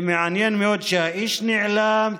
מעניין מאוד שהאיש נעלם.